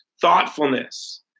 thoughtfulness